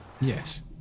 Yes